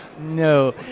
No